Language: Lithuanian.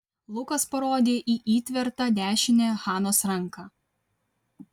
lukas parodė į įtvertą dešinę hanos ranką